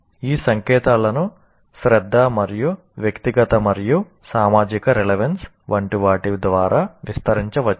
ఈ సంకేతాలను శ్రద్ధ మరియు వ్యక్తిగత మరియు సామాజిక రెలెవన్స్ వంటి వాటి ద్వారా విస్తరించవచ్చు